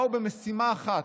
באו במשימה אחת: